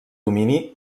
domini